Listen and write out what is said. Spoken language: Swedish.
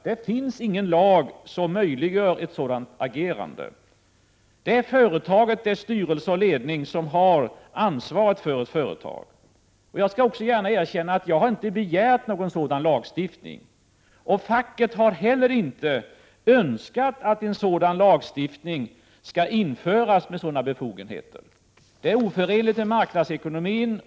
Det finns ingen lag som möjliggör ett sådant agerande. Det är företaget, dess styrelse och ledning som har ansvaret för företaget. Jag skall också erkänna att jag inte har begärt någon sådan lagstiftning. Inte heller facket har önskat att en lagstiftning som ger sådana befogenheter skall införas. Det är oförenligt med marknadsekonomin.